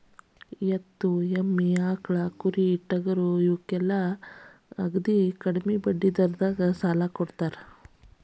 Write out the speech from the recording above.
ಎತ್ತು, ಎಮ್ಮಿ, ಆಕ್ಳಾ, ಕುರಿ, ಟಗರಾ ಇವಕ್ಕೆಲ್ಲಾ ಕಡ್ಮಿ ಬಡ್ಡಿ ದರದಾಗ ಸಾಲಾ ಕೊಡತಾರ